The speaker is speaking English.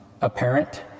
apparent